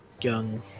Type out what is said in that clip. young